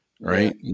Right